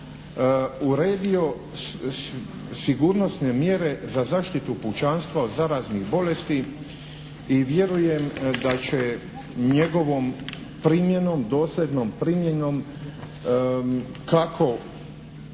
uredio sigurnosne mjere za zaštitu pučanstva od zaraznih bolesti i vjerujem da će njegovom primjenom, dosljednom primjenom kako